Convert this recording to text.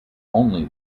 only